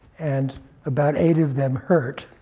and about eight of them hurt,